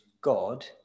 God